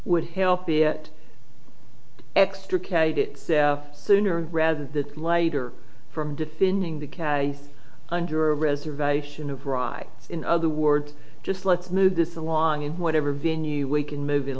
would help it extricate itself sooner rather than later from defending the case under reservation of rye in other words just let's move this along in whatever venue we can move it